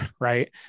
right